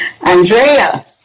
Andrea